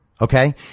okay